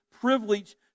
privilege